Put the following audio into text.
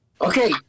Okay